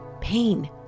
pain